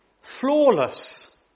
flawless